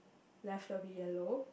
left will be yellow